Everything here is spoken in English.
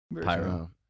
Pyro